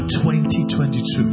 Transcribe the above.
2022